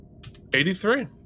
83